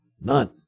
none